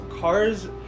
Cars